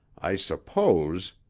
i suppose,